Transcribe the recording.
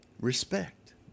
respect